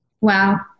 Wow